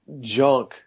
junk